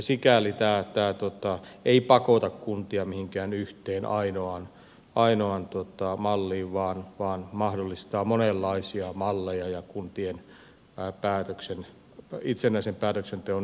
sikäli tämä ei pakota kuntia mihinkään yhteen ainoaan malliin vaan mahdollistaa monenlaisia malleja ja kuntien itsenäisen päätöksenteon niistä